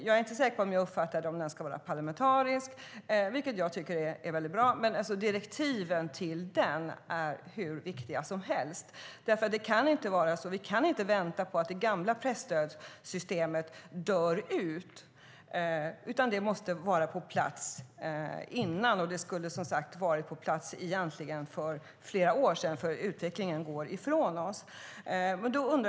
Jag är inte säker på att jag uppfattade om den ska vara parlamentarisk, vilket jag tycker vore bra, men direktiven till den utredningen är hur viktiga som helst. Vi kan inte vänta tills det gamla presstödssystemet dör ut, utan ett nytt måste vara på plats innan dess. Det skulle som sagt ha varit på plats för flera år sedan, för utvecklingen går ifrån oss.